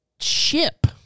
ship